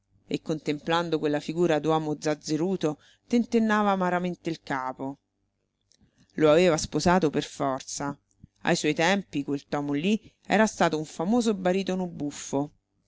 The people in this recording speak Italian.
e contemplando quella figura d'uomo zazzeruto tentennava amaramente il capo lo aveva sposato per forza ai suoi tempi quel tomo lì era stato un famoso baritono buffo